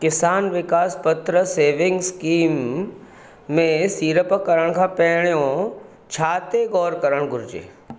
किसान Vikas Patra savings scheme में सीड़प करण खां पहिरियों छा ते ग़ौरु करणु घुरिजे